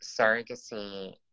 surrogacy